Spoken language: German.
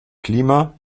klima